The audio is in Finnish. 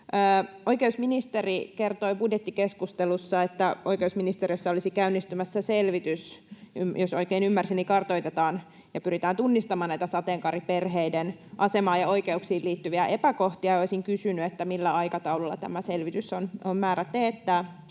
Oikeusministeri kertoi budjettikeskustelussa, että oikeusministeriössä olisi käynnistymässä selvitys — jos oikein ymmärsin, niin kartoitetaan ja pyritään tunnistamaan näitä sateenkaariperheiden asemaan ja oikeuksiin liittyviä epäkohtia. Olisin kysynyt: millä aikataululla tämä selvitys on määrä teettää?